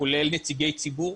שכולל נציגי ציבור.